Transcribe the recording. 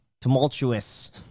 tumultuous